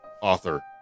author